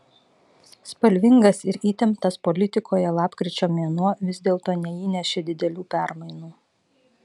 spalvingas ir įtemptas politikoje lapkričio mėnuo vis dėlto neįnešė didelių permainų